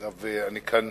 אגב, אני כאן